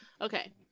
Okay